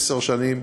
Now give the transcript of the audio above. עשר שנים,